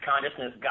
consciousness